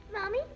Mommy